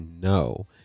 no